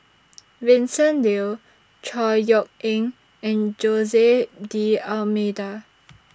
Vincent Leow Chor Yeok Eng and Jose D'almeida